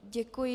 Děkuji.